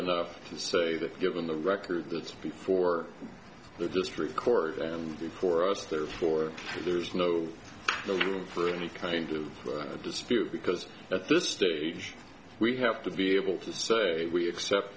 enough to say that given the record that's before the district court and before us therefore there's no room for any kind of dispute because at this state we have to be able to say we accept